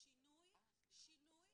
שעסק בינוני,